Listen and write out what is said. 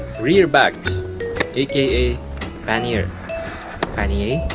rear bags aka panniers pani-yey?